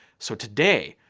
so today,